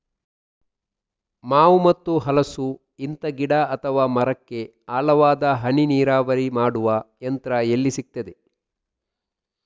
ಮಾವು ಮತ್ತು ಹಲಸು, ಇಂತ ಗಿಡ ಅಥವಾ ಮರಕ್ಕೆ ಆಳವಾದ ಹನಿ ನೀರಾವರಿ ಮಾಡುವ ಯಂತ್ರ ಎಲ್ಲಿ ಸಿಕ್ತದೆ?